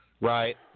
Right